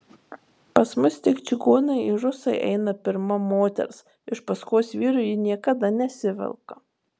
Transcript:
pas mus tik čigonai ir rusai eina pirma moters iš paskos vyrui ji niekada nesivelka